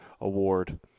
Award